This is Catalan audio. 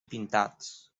pintats